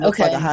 Okay